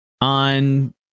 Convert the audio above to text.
on